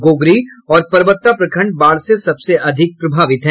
गोगरी और परबत्ता प्रखंड बाढ़ से सबसे अधिक प्रभावित हैं